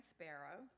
Sparrow